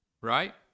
Right